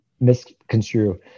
misconstrue